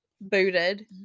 booted